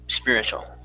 spiritual